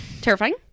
terrifying